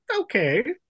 okay